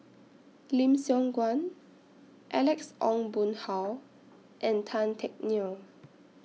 Lim Siong Guan Alex Ong Boon Hau and Tan Teck Neo